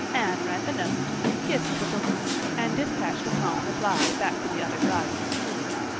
anne read the note, kissed the bookmark, and dispatched a prompt reply back to the other side of the school.